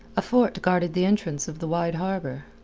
a fort guarded the entrance of the wide harbour,